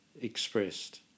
expressed